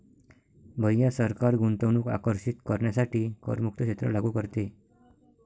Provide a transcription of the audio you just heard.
भैया सरकार गुंतवणूक आकर्षित करण्यासाठी करमुक्त क्षेत्र लागू करते